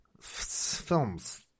films